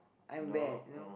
I'm bad you know